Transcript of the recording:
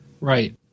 Right